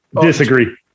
Disagree